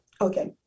Okay